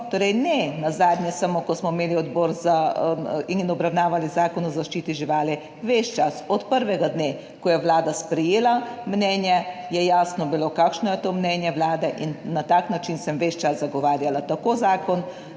torej nenazadnje samo, ko smo imeli odbor za in obravnavali Zakon o zaščiti živali, ves čas, od prvega dne, ko je Vlada sprejela mnenje, je jasno bilo kakšno je to mnenje Vlade in na tak način sem ves čas zagovarjala tako Zakonu